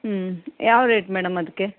ಹ್ಞೂ ಯಾವ್ದು rate madam ಅದಕ್ಕೆ